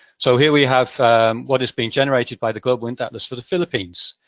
so, here we have what has been generated by the global wind atlas for the philippines.